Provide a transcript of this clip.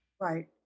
Right